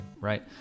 right